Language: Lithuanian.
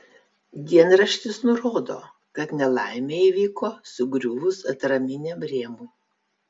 dienraštis nurodo kad nelaimė įvyko sugriuvus atraminiam rėmui